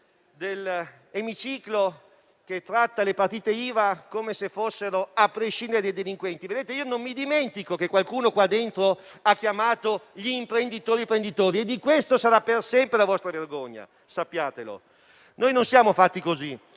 dell'Emiciclo che tratta le partite IVA come se fossero, a prescindere, dei delinquenti? Non dimentico che qualcuno in questa sede ha chiamato gli imprenditori "prenditori" e questa sarà per sempre la vostra vergogna, sappiatelo. Noi non siamo fatti così,